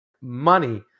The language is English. money